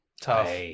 tough